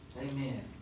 Amen